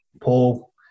Paul